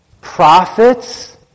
prophets